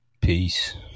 Peace